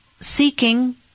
seeking